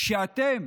כשאתם,